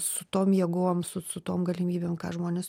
su tom jėgom su su tom galimybėm ką žmonės